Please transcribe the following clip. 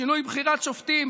שינוי בחירת שופטים,